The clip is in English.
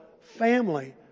family